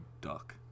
duck